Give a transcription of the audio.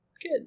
Good